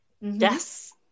Yes